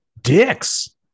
dicks